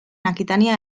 akitania